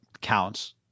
counts